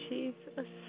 Jesus